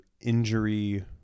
injury